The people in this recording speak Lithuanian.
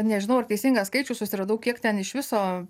nežinau ar teisingą skaičius susiradau kiek ten iš viso